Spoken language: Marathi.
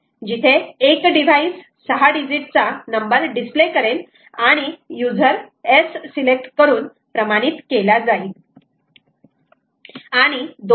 जिथे एक डिव्हाईस 6 डिजिट चा नंबर डिस्प्ले करेल आणि यूजर येस सिलेक्ट करून प्रमाणित केला जाईल